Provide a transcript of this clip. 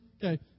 Okay